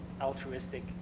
altruistic